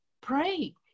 pray